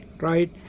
right